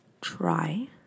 try